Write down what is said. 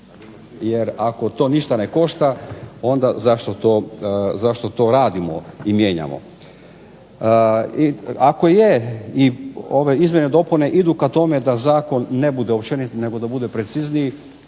Jer ako to ništa ne košta onda zašto to radimo i mijenjamo. Ako je i ove izmjene i dopune idu ka tome da zakon ne bude općenit nego da bude precizniji.